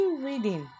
reading